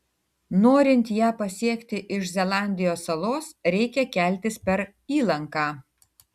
norint ją pasiekti iš zelandijos salos reikia keltis per įlanką